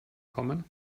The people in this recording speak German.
kommen